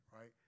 right